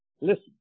listen